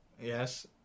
Yes